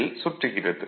ல் சுற்றுகிறது